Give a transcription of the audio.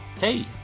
hey